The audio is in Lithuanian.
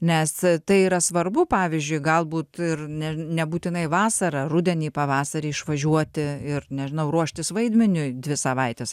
nes tai yra svarbu pavyzdžiui galbūt ir ne nebūtinai vasarą rudenį pavasarį išvažiuoti ir nežinau ruoštis vaidmeniui dvi savaites